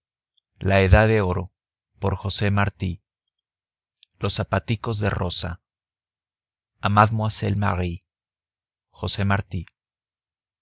los zapaticos de rosa